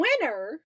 winner